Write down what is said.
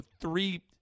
three